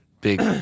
big